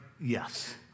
yes